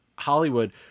hollywood